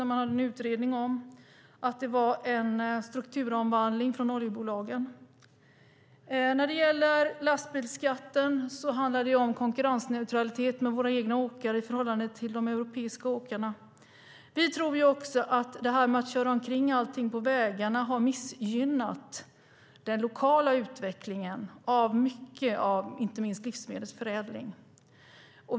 Det gjordes en utredning, och man kom fram till att det skedde en strukturomvandling från oljebolagen. När det gäller lastbilsskatten handlar det om konkurrensneutralitet i fråga om våra egna åkare i förhållande till de europeiska åkarna. Vi tror också att detta med att köra omkring med allt på vägarna har missgynnat den lokala utvecklingen i fråga om mycket av inte minst livsmedelsförädling.